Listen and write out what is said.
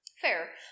Fair